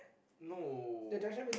no